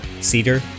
cedar